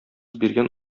биргән